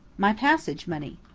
my passage-money.